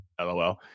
lol